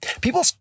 People